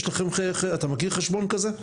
אתה מכיר חשבון כזה?